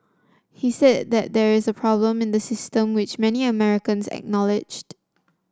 he said that there is a problem in the system which many Americans acknowledged